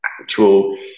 actual